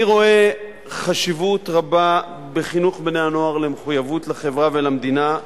אני רואה חשיבות רבה בחינוך בני-הנוער למחויבות לחברה ולמדינה,